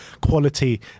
quality